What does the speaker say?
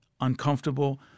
uncomfortable